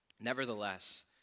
Nevertheless